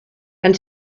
and